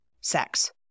sex